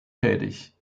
tätig